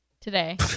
today